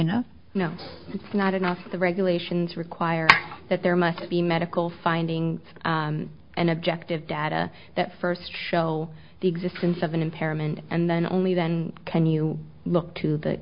enough you know it's not enough the regulations require that there must be medical findings and objective data that first show the existence of an impairment and then only then can you look to the